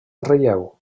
relleu